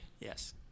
Yes